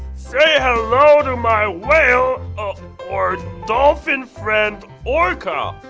say hello to my whale or dolphin friend, orca!